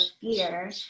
fear